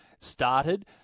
started